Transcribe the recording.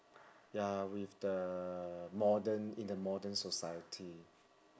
ya with the modern in the modern society